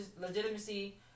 legitimacy